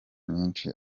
myinshi